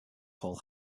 paul